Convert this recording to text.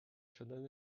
شدن